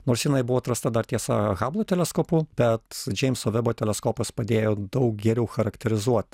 nors jinai buvo atrasta dar tiesa hablo teleskopu bet džeimso vebo teleskopas padėjo daug geriau charakterizuot